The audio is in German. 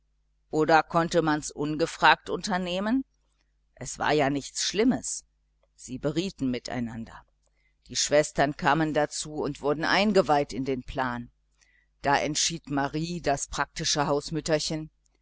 oder konnte man's ungefragt unternehmen es war ja nichts schlimmes sie berieten miteinander die schwestern kamen dazu und wurden eingeweiht in den plan da entschied marie das praktische hausmütterchen